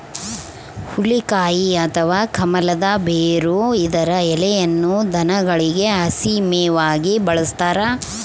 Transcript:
ಹುಲಿಕಾಯಿ ಅಥವಾ ಕಮಲದ ಬೇರು ಇದರ ಎಲೆಯನ್ನು ದನಗಳಿಗೆ ಹಸಿ ಮೇವಾಗಿ ಬಳಸ್ತಾರ